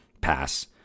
pass